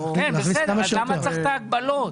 אז למה צריך את ההגבלות?